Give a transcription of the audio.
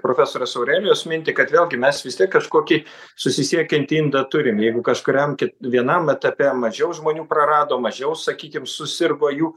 profesorės aurelijos mintį kad vėlgi mes vis tiek kažkokį susisiekiantį indą turim jeigu kažkuriam vienam etape mažiau žmonių prarado mažiau sakykim susirgo jų